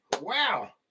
Wow